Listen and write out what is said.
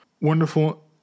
Wonderful